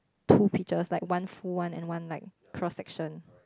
two peaches like one full one and one like cross section